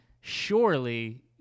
surely